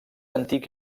antic